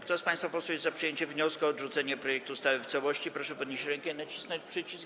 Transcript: Kto z państwa jest za przyjęciem wniosku o odrzucenie projektu ustawy w całości, proszę podnieść rękę i nacisnąć przycisk.